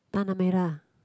Tanah-Merah